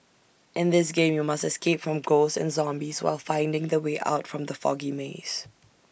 in this game you must escape from ghosts and zombies while finding the way out from the foggy maze